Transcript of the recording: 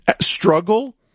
struggle